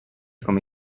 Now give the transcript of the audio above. come